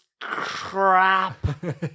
crap